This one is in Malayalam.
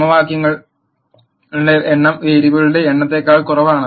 സമവാക്യങ്ങളുടെ എണ്ണം വേരിയബിളുകളുടെ എണ്ണത്തേക്കാൾ കുറവാണ്